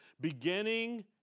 beginning